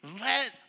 Let